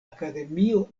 akademio